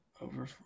over